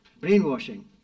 brainwashing